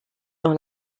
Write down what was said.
dans